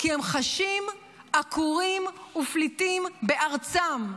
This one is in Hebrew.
כי הם חשים עקורים ופליטים בארצם.